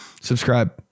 Subscribe